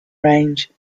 range